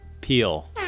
Peel